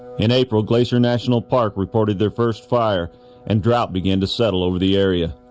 in april glacier national park reported their first fire and drought began to settle over the area